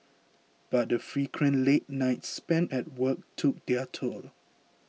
but the frequent late nights spent at work took their toll